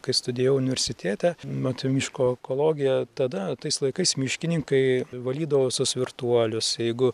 kai studijavau universitete mat miško ekologiją tada tais laikais miškininkai valydavo visus virtuolius jeigu